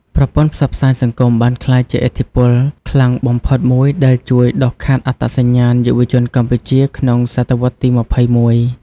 ប្រព័ន្ធផ្សព្វផ្សាយសង្គមបានក្លាយជាឥទ្ធិពលខ្លាំងបំផុតមួយដែលជួយដុសខាត់អត្តសញ្ញាណយុវជនកម្ពុជាក្នុងសតវត្សរ៍ទី ២១។